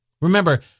Remember